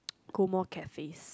go more cafes